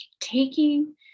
taking